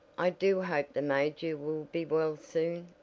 i do hope the major will be well soon,